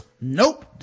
nope